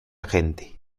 gente